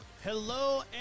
Hello